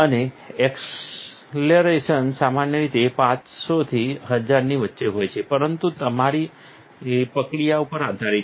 અને એક્સેલરેશન સામાન્ય રીતે 500 થી 1000 ની વચ્ચે હોય છે પરંતુ તે તમારી પ્રક્રિયા ઉપર આધારિત છે